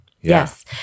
Yes